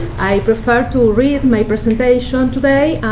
i prefer to read my presentation today.